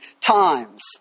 times